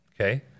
Okay